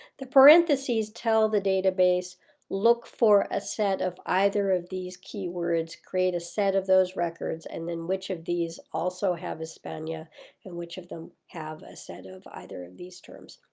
the parentheses tell the database look for a set of either of these keywords, create a set of those records and then which of these also have espana, and which of them have a set of either of these terms.